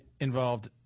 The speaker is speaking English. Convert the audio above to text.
involved